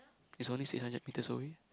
it's only six hundred metres away